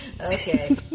Okay